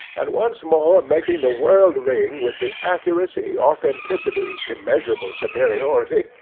and once more making the world ring with the accuracy, authenticity, immeasurable superiority,